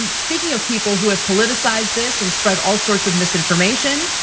and speaking of people who have politicised this and spread all sorts of misinformation,